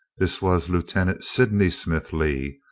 this was lieutenant sydney smith lee,